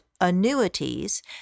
annuities